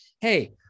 hey